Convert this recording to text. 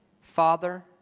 Father